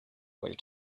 what